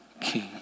king